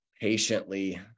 patiently